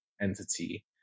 entity